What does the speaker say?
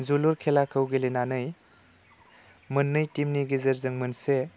जोलुर खेलाखौ गेलेनानै मोननै टिमनि गेजेरजों मोनसे